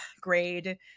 grade